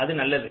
அது நல்லது